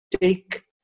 take